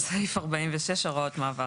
הוראות מעבר